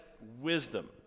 wisdom